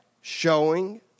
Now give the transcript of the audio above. showing